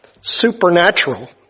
supernatural